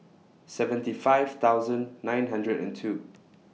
seventy five thousand nine hundred and two